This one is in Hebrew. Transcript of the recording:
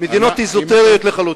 מדינות אזוטריות לחלוטין.